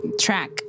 track